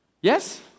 Yes